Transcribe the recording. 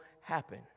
happen